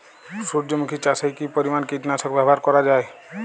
সূর্যমুখি চাষে কি পরিমান কীটনাশক ব্যবহার করা যায়?